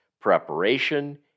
preparation